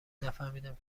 نفهمیدم